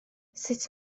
sut